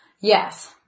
Yes